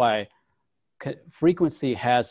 why frequency has